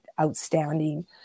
outstanding